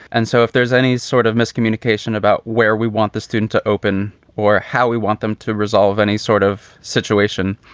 and so if there's any sort of miscommunication about where we want the student to open or how we want them to resolve any sort of situation,